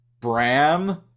bram